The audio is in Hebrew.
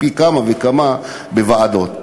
פי כמה וכמה בוועדות.